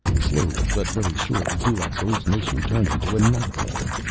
slowly, but very surely, dulaq's hallucination turned into a nightmare.